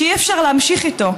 שאי-אפשר להמשיך איתו,